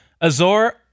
Azor